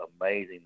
amazing